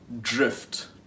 drift